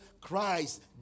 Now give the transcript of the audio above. Christ